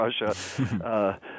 Russia